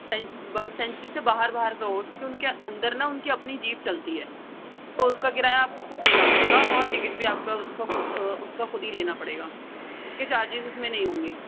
سچ bird sanctuary سے باہر باہر کا ہوگی کیونکہ اُن کے اندر نا اُن کی اپنی جیپ چلتی ہے تو اُس کا کرایہ آپ کو خود دینا پڑے گا اور ٹکٹ بھی آپ کا اس کا خود اُس کا خود ہی لینا پڑے گا اُس کے چارجز اِس میں نہیں ہوں گے